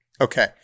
Okay